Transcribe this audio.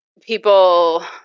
people